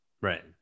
right